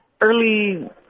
early